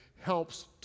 helps